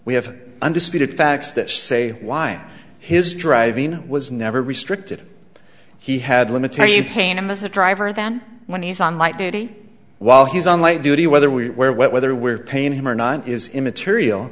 we have undisputed facts that say why and his driving was never restricted he had limited you paint him as a driver then when he's on light duty while he's on light duty whether we wear whether we're paying him or not is immaterial